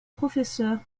professeur